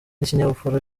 n’ikinyabupfura